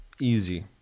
easy